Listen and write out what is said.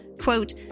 quote